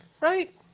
Right